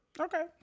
Okay